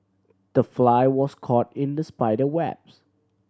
the fly was caught in the spider webs